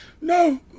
No